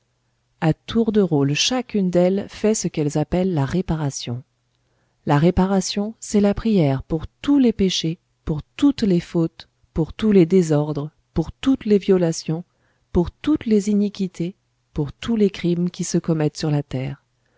à tour de rôle chacune d'elles fait ce qu'elles appellent la réparation la réparation c'est la prière pour tous les péchés pour toutes les fautes pour tous les désordres pour toutes les violations pour toutes les iniquités pour tous les crimes qui se commettent sur la terre